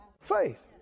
Faith